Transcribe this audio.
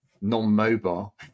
non-mobile